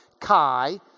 Kai